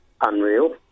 unreal